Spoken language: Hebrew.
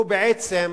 הוא בעצם